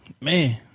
Man